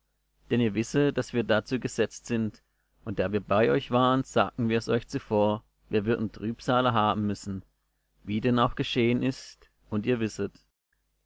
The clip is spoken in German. denn ihr wisset daß wir dazu gesetzt sind und da wir bei euch waren sagten wir's euch zuvor wir würden trübsale haben müssen wie denn auch geschehen ist und ihr wisset